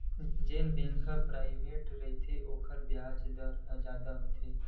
जेन बेंक ह पराइवेंट रहिथे ओखर बियाज दर ह जादा होथे